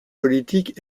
politique